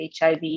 HIV